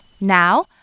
Now